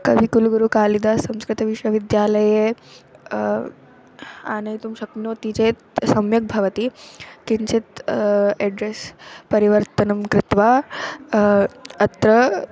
कविकुलुगुरुकालिदास् संस्कृतविश्वविद्यालये आनेतुं शक्नोति चेत् सम्यक् भवति किञ्चित् एड्रेस् परिवर्तनं कृत्वा अत्र